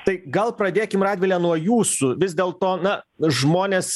tai gal pradėkim radvile nuo jūsų vis dėlto na žmonės